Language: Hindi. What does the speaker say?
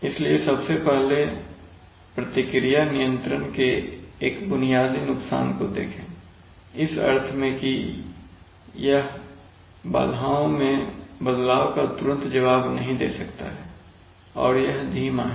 इसलिए सबसे पहले प्रतिक्रिया नियंत्रण के एक बुनियादी नुकसान को देखें इस अर्थ में कि यह बाधाओं में बदलाव का तुरंत जवाब नहीं दे सकता है और यह धीमा है